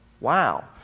Wow